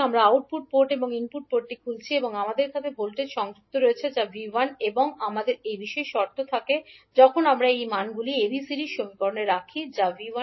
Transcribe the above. আমরা output port এবং input পোর্টটি খুলছি আমাদের কাছে ভোল্টেজ সংযুক্ত রয়েছে যা 𝐕1 is এবং যখন আমাদের এই বিশেষ শর্ত থাকে তখন আমরা এই মানগুলি ABCD সমীকরণে রাখি যা 𝐕1 𝐈1 সমীকরণ